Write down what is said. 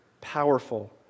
Powerful